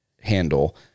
handle